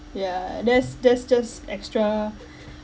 yeah that's that's just extra